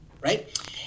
right